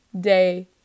day